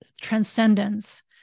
transcendence